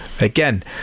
Again